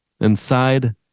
inside